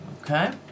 Okay